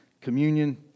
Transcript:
communion